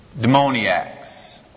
demoniacs